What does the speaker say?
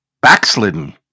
backslidden